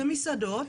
זה מסעדות,